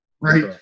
right